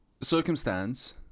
Circumstance